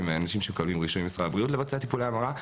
ואנשים שמקבלים רישוי ממשרד הבריאות לבצע טיפולי המרה.